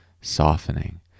softening